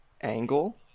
angle